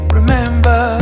Remember